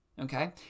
okay